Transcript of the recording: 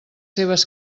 seves